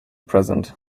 present